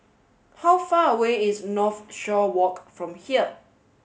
how far away is Northshore Walk from here